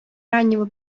раннего